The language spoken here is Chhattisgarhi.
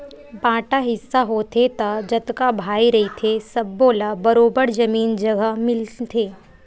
बांटा हिस्सा होथे त जतका भाई रहिथे सब्बो ल बरोबर जमीन जघा मिलथे